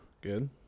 Good